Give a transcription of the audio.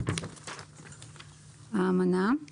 "האמנה"-